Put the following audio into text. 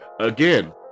Again